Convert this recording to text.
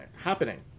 happening